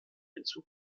hinzu